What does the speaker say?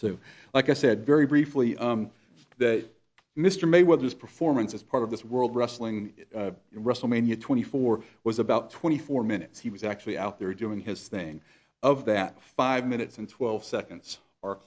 so like i said very briefly that mr may with his performance as part of this world wrestling in wrestle mania twenty four was about twenty four minutes he was actually out there doing his thing of that five minutes and twelve seconds o